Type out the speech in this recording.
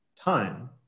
time